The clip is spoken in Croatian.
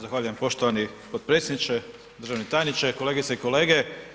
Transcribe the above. Zahvaljujem poštovani potpredsjedniče, državni tajniče, kolegice i kolege.